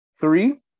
Three